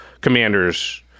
commanders